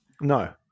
No